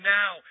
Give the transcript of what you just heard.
now